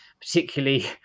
particularly